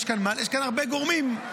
יש כאן הרבה גורמים.